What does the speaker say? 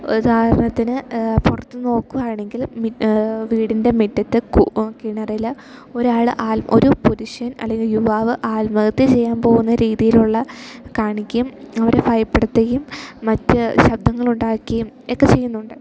ഉദാഹരണത്തിന് പുറത്ത് നോക്കുകയാണെങ്കിൽ വീടിൻ്റെ മുറ്റത്ത് കിണറിൽ ഒരാൾ ആൾ ഒരു പുരുഷൻ അല്ലെങ്കിൽ യുവാാവ് ആത്മഹത്യ ചെയ്യാൻ പോകുന്ന രീതിയിലുള്ളത് കാണിക്കും അവരെ ഭയപ്പെടുത്തുകയും മറ്റ് ശബ്ദങ്ങളുണ്ടാക്കുകയും ഒക്കെ ചെയ്യുന്നുണ്ട്